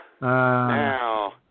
Now